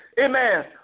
amen